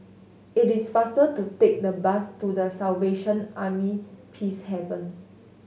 it is faster to take the bus to The Salvation Army Peacehaven